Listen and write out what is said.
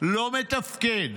לא מתפקד,